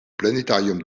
planétarium